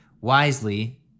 wisely